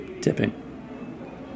tipping